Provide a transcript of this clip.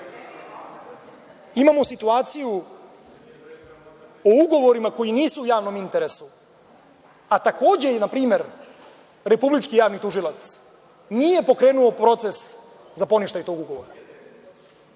Imamo situaciju o ugovorima koji nisu u javnom interesu, a takođe npr. Republički javni tužilac nije pripremio postupak za poništaj ugovora.